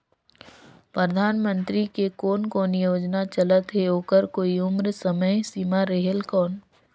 परधानमंतरी के कोन कोन योजना चलत हे ओकर कोई उम्र समय सीमा रेहेल कौन?